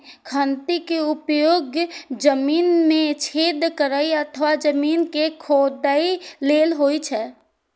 खंती के उपयोग जमीन मे छेद करै अथवा जमीन कें खोधै लेल होइ छै